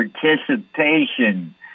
participation